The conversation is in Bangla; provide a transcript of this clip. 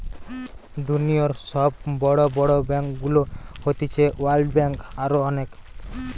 দুনিয়র সব বড় বড় ব্যাংকগুলো হতিছে ওয়ার্ল্ড ব্যাঙ্ক, আরো অনেক